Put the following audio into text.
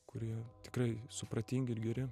kurie tikrai supratingi ir geri